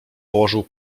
położył